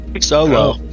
Solo